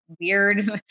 Weird